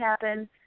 happen